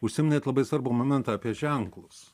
užsiminėt labai svarbų momentą apie ženklus